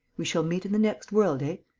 we shall meet in the next world, ah?